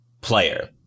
player